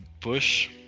Bush